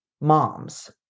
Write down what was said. moms